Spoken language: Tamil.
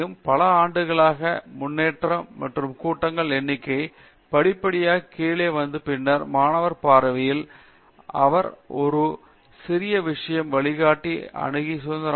பல ஆண்டுகளாக முன்னேற்றம் மற்றும் கூட்டங்களின் எண்ணிக்கை படிப்படியாக கீழே வந்து பின்னர் மாணவர் பார்வையில் அவர் ஒவ்வொரு சிறிய விஷயம் வழிகாட்டி அணுக சுதந்திரமாக மாறும்